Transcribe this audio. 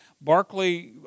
Barclay